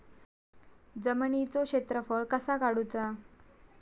जमिनीचो क्षेत्रफळ कसा काढुचा?